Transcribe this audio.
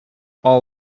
all